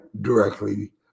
directly